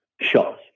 shots